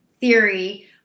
theory